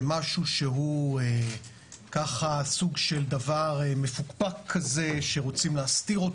ומשהו שהוא ככה סוג של דבר מפוקפק כזה שרוצים להסתיר.